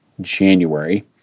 January